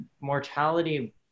mortality